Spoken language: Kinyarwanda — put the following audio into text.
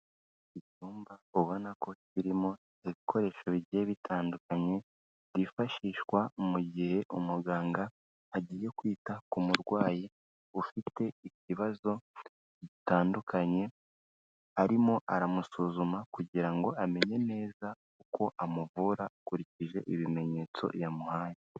Icyumba ubona ko kirimo ibikoresho bigiye bitandukanye, byifashishwa mu gihe umuganga agiye kwita ku murwayi ufite ikibazo gitandukanye, arimo aramusuzuma kugira ngo amenye neza uko amuvura akurikije ibimenyetso yamuhaye.